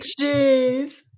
jeez